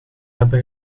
hebben